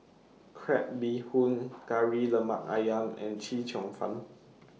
Crab Bee Hoon Kari Lemak Ayam and Chee Cheong Fun